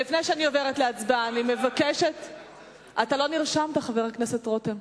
אתה לא נרשמת, חבר הכנסת רותם.